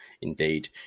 Indeed